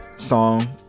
song